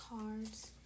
cards